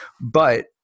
But-